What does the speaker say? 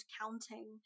counting